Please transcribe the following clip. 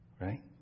right